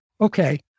Okay